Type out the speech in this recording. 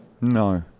No